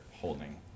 holding